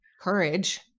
courage